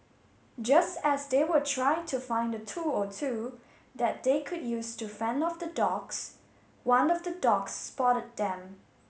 just as they were trying to find a tool or two that they could use to fend off the dogs one of the dogs spotted them